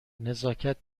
نزاکت